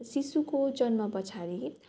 शिशुको जन्म पछाडि